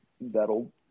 that'll